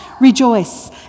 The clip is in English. Rejoice